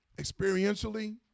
Experientially